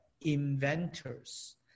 inventors